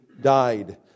died